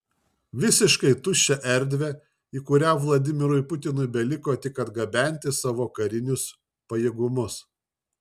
visiškai tuščią erdvę į kurią vladimirui putinui beliko tik atgabenti savo karinius pajėgumus